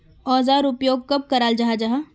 औजार उपयोग कब कराल जाहा जाहा?